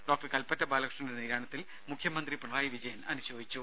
doctor Kalpetta ബാലകൃഷ്ണന്റെ നിര്യാണത്തിൽ മുഖ്യമന്ത്രി പിണറായി വിജയൻ അനുശോചിച്ചു